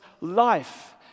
life